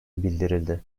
bildirildi